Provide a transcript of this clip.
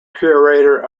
curator